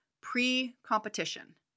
Pre-competition